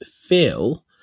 Phil